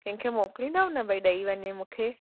कंहिंखे मोकलींदाव न भई ॾई वञे मुखे